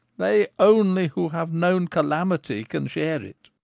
they only who have known calamity can share it.